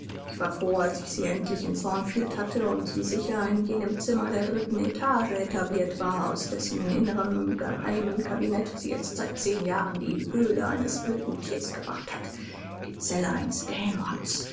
ich war froh als ich sie endlich in thornfield hatte und sie sicher in jenem zimmer der dritten etage etabliert war aus dessen innerem geheimem kabinett sie jetzt seit zehn jahren die höhle eines wilden tiers gemacht hat die zelle eines dämons